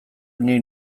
nik